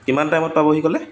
কিমান টাইমত পাবহি ক'লে